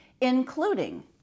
including